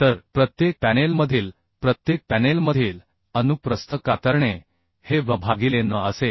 तर प्रत्येक पॅनेलमधील प्रत्येक पॅनेलमधील अनुप्रस्थ कातरणे हे V भागिले N असेल